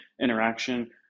interaction